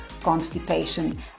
constipation